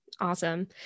Awesome